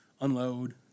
unload